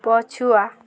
ପଛୁଆ